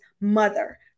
mother